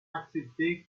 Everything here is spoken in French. accepter